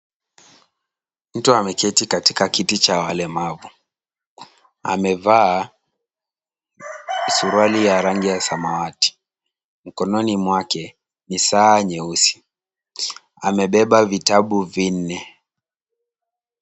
Mtu ameketi katika kiti cha walemavu, amevaa suruali ya rangi ya samawati. Mkononi mwake ni saa nyeusi, amebeba vitabu vinne.